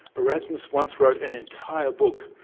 erasmus once wrote an entire book,